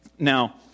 Now